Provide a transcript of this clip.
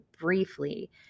briefly